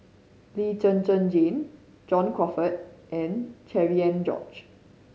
Lee Zhen Zhen Jane John Crawfurd and Cherian George